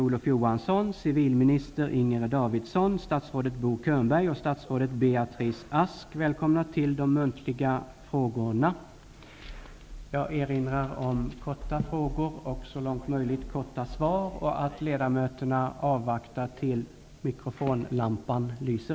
Jag erinrar också ledamöterna om att vänta med att tala tills mikrofonlampan lyser.